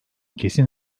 kesin